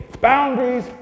boundaries